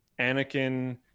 Anakin